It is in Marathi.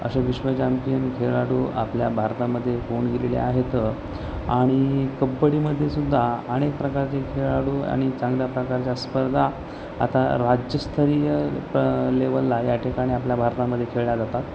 असे विश्वचॅम्पियन खेळाडू आपल्या भारतामध्ये होऊन गेलेले आहेत आणि कबड्डीमध्ये सुुद्धा अनेक प्रकारचे खेळाडू आणि चांगल्या प्रकारच्या स्पर्धा आता राज्यस्तरीय लेवलला या ठिकाणी आपल्या भारतामध्ये खेळल्या जातात